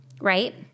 Right